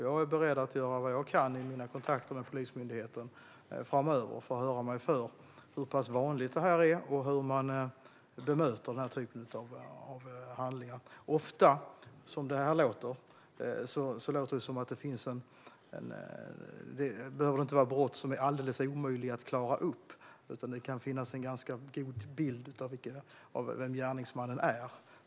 Jag är beredd att göra vad jag kan i mina kontakter med Polismyndigheten framöver för att höra mig för hur pass vanligt det här är och hur man bemöter den här typen av handlingar. Det låter som om detta ofta är brott som inte behöver vara alldeles omöjliga att klara upp, utan det kan finnas en ganska god bild av vem gärningsmannen är.